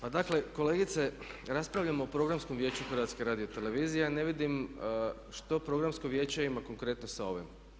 Pa dakle kolegice raspravljamo o Programskom vijeću HRT-a, ne vidim što programsko vijeće ima konkretno sa ovim.